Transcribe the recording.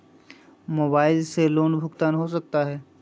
Mobile से loan भुगतान हो सकता है?